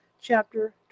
Chapter